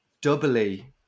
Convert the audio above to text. doubly